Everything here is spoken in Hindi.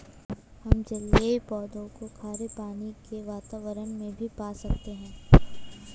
हम जलीय पौधों को खारे पानी के वातावरण में भी पा सकते हैं